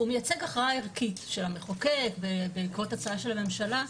מייצג הכרעה ערכית של המחוקק בעקבות הצעה של הממשלה,